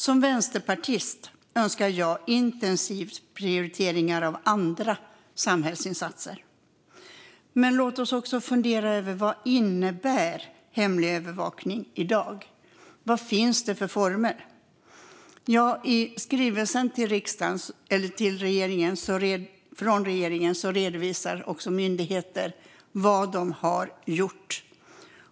Som vänsterpartist önskar jag intensivt prioriteringar av andra samhällsinsatser. Men låt oss också fundera över vad hemlig övervakning innebär i dag. Vad finns det för former? I skrivelsen från regeringen redovisar myndigheter för vad de har gjort.